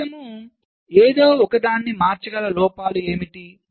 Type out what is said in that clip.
కనీసం ఏదో ఒకదాన్ని మార్చగల లోపాలు ఏమిటి